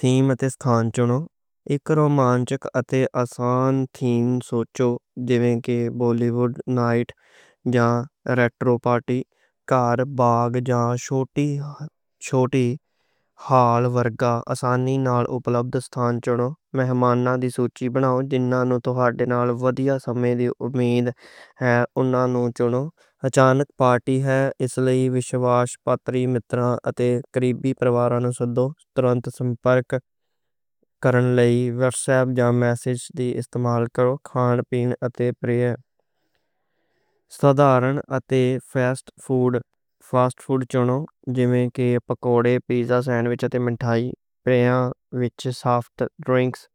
تھیم اتے ستھان چُنو ایک۔ رومانچک اتے آسان تھیم سوچو بولی ووڈ نائٹ جاں ریٹرو۔ پارٹی کار، باغ جاں چھوٹا ہال ورگاں آسانی نال اپلبدھ۔ دا ستھان چُنو، مہماناں دی سوچی بناؤ جنہاں نوں تہاڈے۔ نال ودھیا سمیں دی امید ہے، انہنوں چُنو اچانک پارٹی۔ ہے اس لئی وشواسپتر متران اتے قریبی پرواراں نوں سداؤ۔ تورانت سمپرک کرن لئی واٹس ایپ جاں میسج دا استعمال کرو۔ کھان پین اتے پیئاں سدھارن اتے فاسٹ فوڈ چُونو جیویں کہ۔ پکوڑے، پیزا، سینڈوچ اتے مٹھائی۔ پیئاں وچ سوفٹ ڈرنکس۔